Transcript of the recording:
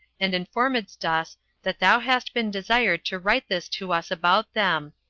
and informedst us that thou hadst been desired to write this to us about them.